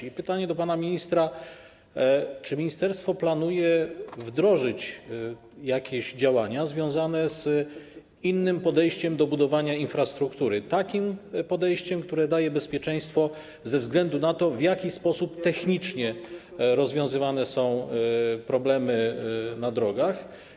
I pytanie do pana ministra: Czy ministerstwo planuje wdrożyć jakieś działania związane z innym podejściem do budowania infrastruktury, takim podejściem, które zapewni bezpieczeństwo ze względu na to, w jaki sposób technicznie rozwiązywane są problemy na drogach?